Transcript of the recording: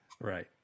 Right